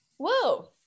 Whoa